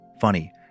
funny